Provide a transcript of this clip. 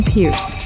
Pierce